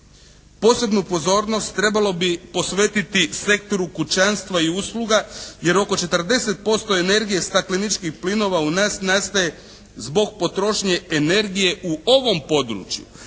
Posebnu pozornost trebalo bi posvetiti sektoru kućanstva i usluga jer oko 40% energije stakleničkih plinova u nas nastaje zbog potrošnje energije u ovom području.